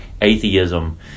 Atheism